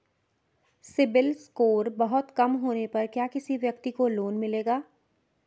CIBIL score बहुत कम होने पर क्या किसी व्यक्ति को लोंन मिलेगा?